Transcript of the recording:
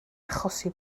achosi